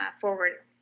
forward